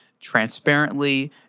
transparently